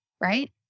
right